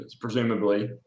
presumably